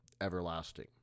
everlasting